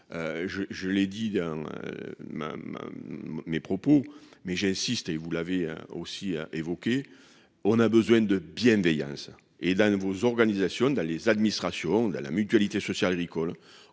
je l'ai dit dans. Mes propos mais j'ai insisté, vous l'avez aussi évoqué. On a besoin de bienveillance et là vos organisations dans les administrations, la, la Mutualité sociale agricole.